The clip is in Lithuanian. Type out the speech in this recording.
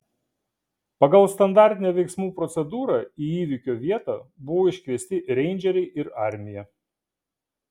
pagal standartinę veiksmų procedūrą į įvykio vietą buvo iškviesti reindžeriai ir armija